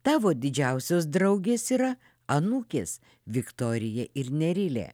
tavo didžiausios draugės yra anūkės viktorija ir nerilė